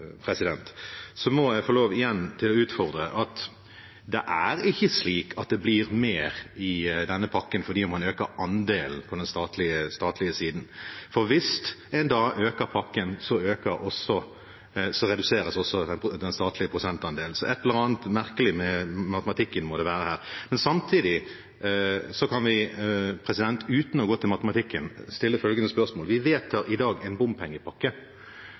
må jeg – igjen – få lov til å utfordre det at det blir mer i denne pakken selv om man øker andelen på den statlige siden, for hvis man øker pakken, reduseres også den statlige prosentandelen. Et eller annet merkelig må det være med matematikken her. Samtidig kan vi – uten å gå til matematikken – stille følgende spørsmål: Vi vedtar i dag en bompengepakke.